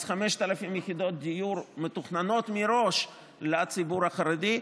5,000 יחידות דיור מתוכננות מראש לציבור החרדי,